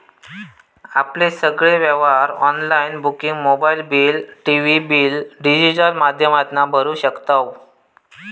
आपले सगळे व्यवहार online booking mobile bill, TV bill digital माध्यमातना भरू शकताव